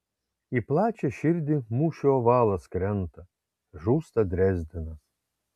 į plačią širdį mūšių ovalas krenta žūsta drezdenas